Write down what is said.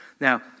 Now